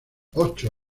ocho